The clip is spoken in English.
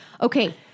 Okay